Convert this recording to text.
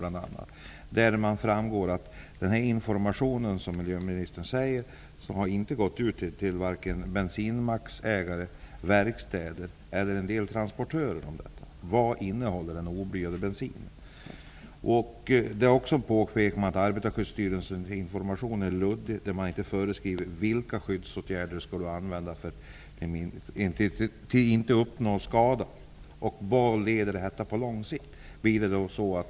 Där framgår att den information om vad den oblyade bensinen innehåller som miljöministern talar om inte har gått ut till vare sig bensinmacksägare, verkstäder eller en del transportörer. Det har också påpekats att Arbetarskyddsstyrelsens information är luddig. Man föreskriver inte vilka skyddsåtgärder som skall användas för att inte skada skall uppkomma. Det finns inte information om vad detta leder till på lång sikt.